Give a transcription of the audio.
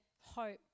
hope